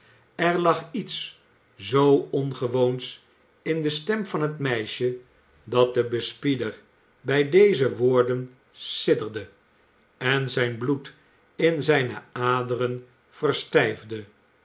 er lag iets zoo ongewoons in de stem van het meisje dat de bespieder bij deze woorden sidderde en zijn bloed in zijne anderen verstijfde